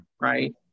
right